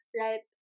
right